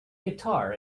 guitar